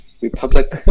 Republic